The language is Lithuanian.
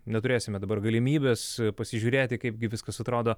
neturėsime dabar galimybės pasižiūrėti kaipgi viskas atrodo